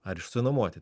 ar išsinuomoti